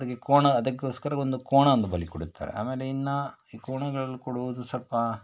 ಅದಕ್ಕೆ ಕೋಣ ಅದಕ್ಕೋಸ್ಕರ ಒಂದು ಕೋಣ ಒಂದು ಬಲಿಕೊಡುತ್ತಾರೆ ಆಮೇಲೆ ಇನ್ನು ಈ ಕೋಣಗಳು ಕೊಡುವುದು ಸ್ವಲ್ಪ